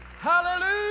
Hallelujah